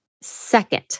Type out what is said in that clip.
second